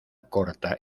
corta